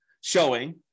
showing